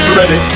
ready